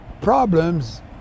problems